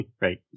Right